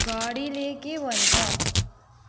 घडीले के भन्छ